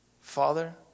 father